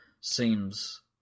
seems